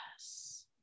Yes